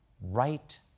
right